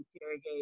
interrogate